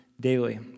daily